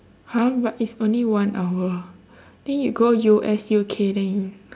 !huh! but it's only one hour then you go U_S U_K then you